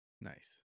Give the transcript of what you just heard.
nice